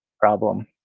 problem